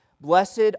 Blessed